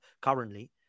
currently